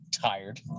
tired